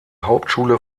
hauptschule